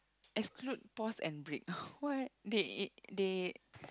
exclude pause and break what they they